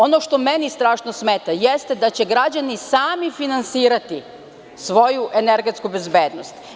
Ono što meni strašno smeta jeste da će građani sami finansirati svoju energetsku bezbednost.